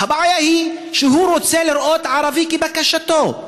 הבעיה היא שהוא רוצה לראות "ערבי כבקשתו".